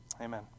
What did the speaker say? Amen